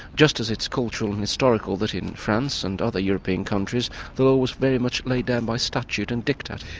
just as it's cultural and historical that in france and other european countries the law was very much laid down by statute and dictate.